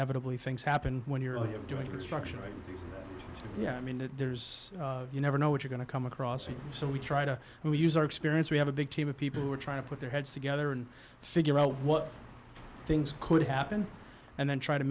inevitably things happen when you're doing it structuring yeah i mean there's you never know what you're going to come across and so we try to and we use our experience we have a big team of people who are trying to put their heads together and figure out what things could happen and then try to